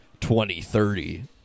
2030